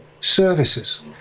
services